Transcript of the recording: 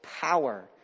power